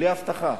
בלי אבטחה.